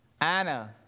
Anna